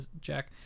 Jack